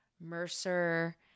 mercer